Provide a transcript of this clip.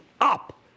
up